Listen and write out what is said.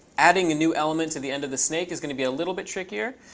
adding a new element to the end of the snake is going to be a little bit trickier.